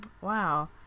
Wow